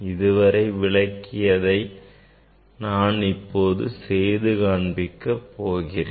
இதுவரை விளக்கியதை நான் இப்போது செய்து காண்பிக்க போகிறேன்